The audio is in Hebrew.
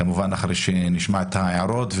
כמובן אחרי שנשמע את ההערות.